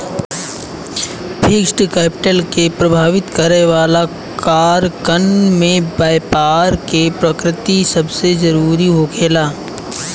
fixed capital के प्रभावित करे वाला कारकन में बैपार के प्रकृति सबसे जरूरी होखेला